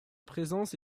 présence